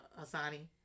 Asani